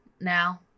now